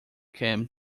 came